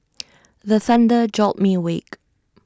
the thunder jolt me awake